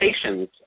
stations